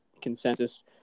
consensus